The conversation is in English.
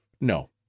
no